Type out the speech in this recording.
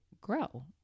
grow